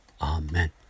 Amen